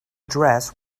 dress